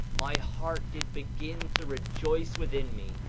my heart did begin to rejoice within me,